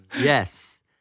yes